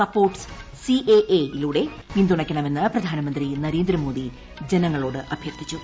പൌരത്യ യിലൂടെ പിന്തുണയ്ക്കണമെന്ന് പ്രധാനമന്ത്രി നരേന്ദ്രമോദി ജനങ്ങളോട് അഭ്യർത്ഥിച്ചു